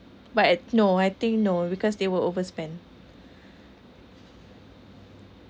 but I no I think no because they will overspend